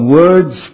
words